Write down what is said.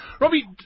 Robbie